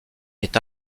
est